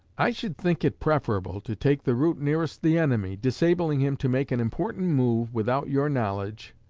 i should think it preferable to take the route nearest the enemy, disabling him to make an important move without your knowledge,